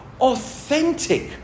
authentic